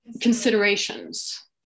considerations